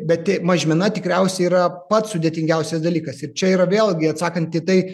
bet tai mažmena tikriausiai yra pats sudėtingiausias dalykas ir čia yra vėlgi atsakant į tai